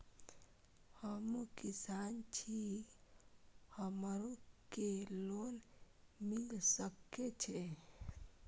हमू किसान छी हमरो के लोन मिल सके छे?